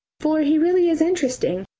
for he really is interesting,